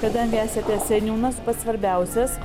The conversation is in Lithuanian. kadangi esate seniūnas pats svarbiausias